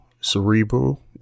cerebral